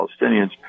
Palestinians